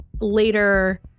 later